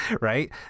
right